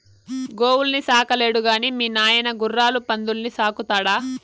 గోవుల్ని సాకలేడు గాని మీ నాయన గుర్రాలు పందుల్ని సాకుతాడా